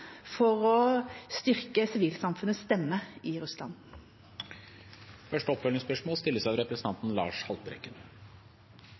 for å styrke sivilsamfunnets stemme i Russland. Det blir oppfølgingsspørsmål